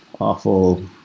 awful